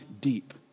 deep